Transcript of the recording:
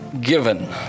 given